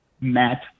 Matt